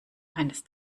eines